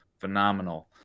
phenomenal